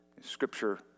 Scripture